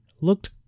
looked